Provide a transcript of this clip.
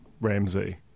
Ramsey